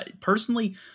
Personally